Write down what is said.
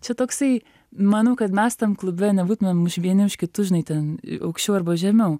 čia toksai manau kad mes ten klube nebūtumėm už vieni už kitus žinai ten aukščiau arba žemiau